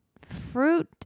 fruit